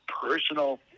personal